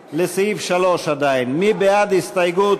מי בעד ההסתייגות?